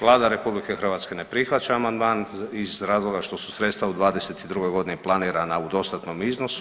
Vlada RH ne prihvaća amandman iz razloga što su sredstva u '22. g. planirana u dostatnom iznosu.